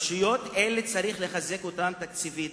רשויות אלה צריך לחזק אותן תקציבית,